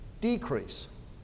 decrease